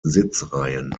sitzreihen